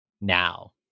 now